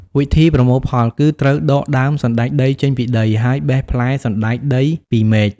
វិធីប្រមូលផលគឺត្រូវដកដើមសណ្តែកដីចេញពីដី ហើយបេះផ្លែសណ្តែកដីពីមែក។